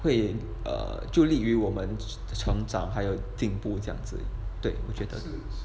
会 err 就立于我们的成长还有进步这样子对我觉得